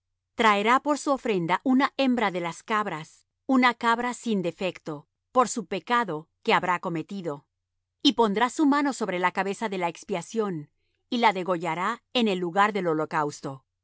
traerá por su ofrenda una hembra de las cabras una cabra sin defecto por su pecado que habrá cometido y pondrá su mano sobre la cabeza de la expiación y la degollará en el lugar del holocausto